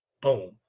Boom